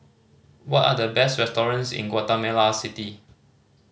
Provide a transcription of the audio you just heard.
what are the best restaurants in Guatemala City